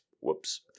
Whoops